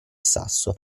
sasso